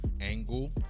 angle